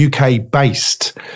UK-based